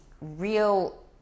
real